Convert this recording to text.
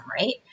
Right